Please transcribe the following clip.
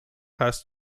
has